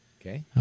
Okay